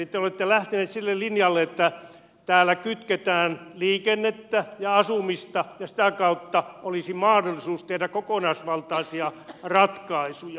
te olette lähtenyt sille linjalle että täällä kytketään liikennettä ja asumista ja sitä kautta olisi mahdollisuus tehdä kokonaisvaltaisia ratkaisuja